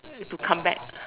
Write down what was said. to come back